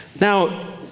Now